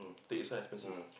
take this one expensive